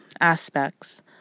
aspects